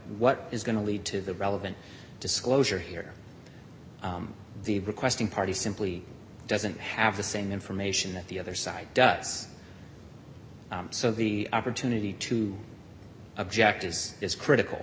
what is going to lead to the relevant disclosure here the requesting party simply doesn't have the same information that the other side does so the opportunity to object is is critical